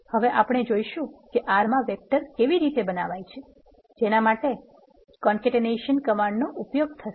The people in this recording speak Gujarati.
હવે આપણે જોઈશું કે R માં વેક્ટર કેવી રીતે બનાવાય છે જેના માટે કોન્કેટેનેશન કમાન્ડ નો ઉપયોગ થશે